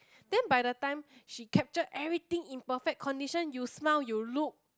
then by the time she capture everything in perfect condition you smile you look